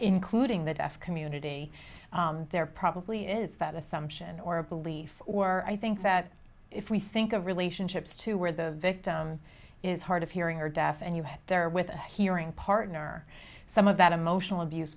including the deaf community there probably is that assumption or a belief or i think that if we think of relationships to where the victim is hard of hearing or deaf and you have there with a hearing partner some of that emotional abuse